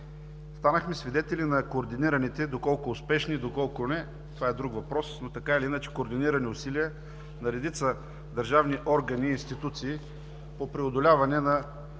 Станахме свидетели на координираните – доколко успешни, доколко не, това е друг въпрос, така или иначе координирани усилия на редица държавни органи и институции по преодоляване на